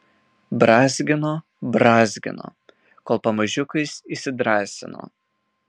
brązgino brązgino kol pamažiukais įsidrąsino